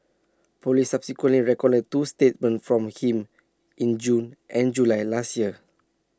Police subsequently recorded two statements from him in June and July last year